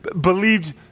believed